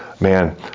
Man